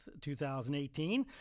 2018